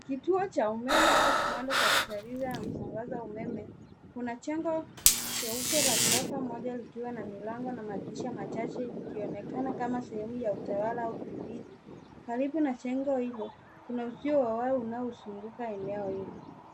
Kituo cha umeme au kiwanda cha kuzalisha na kusambaza umeme, kuna jengo jeupe la ghorofa moja likiwa na milango na madirisha machache. Linaonekana kama sehemu ya utawala au kijiji . Karibu na jengo hilo kuna uzio wa waya uliozunguka eneo hilo.